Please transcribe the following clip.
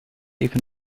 even